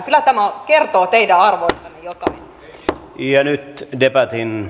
kyllä tämä kertoo teidän arvoistanne jotain